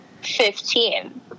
Fifteen